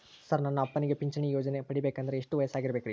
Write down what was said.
Sir ನನ್ನ ಅಪ್ಪನಿಗೆ ಪಿಂಚಿಣಿ ಯೋಜನೆ ಪಡೆಯಬೇಕಂದ್ರೆ ಎಷ್ಟು ವರ್ಷಾಗಿರಬೇಕ್ರಿ?